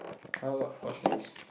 [huh] what what's next